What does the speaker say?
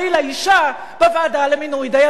אשה בוועדה למינוי דיינים.